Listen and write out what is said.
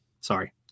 Sorry